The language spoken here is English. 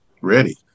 ready